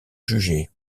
jugés